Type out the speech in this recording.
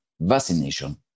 vaccination